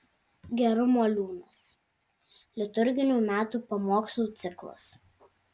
gerumo liūnas liturginių metų pamokslų ciklas